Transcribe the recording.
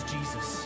Jesus